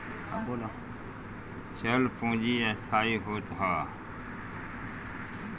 चल पूंजी अस्थाई होत हअ